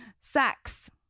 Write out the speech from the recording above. Sex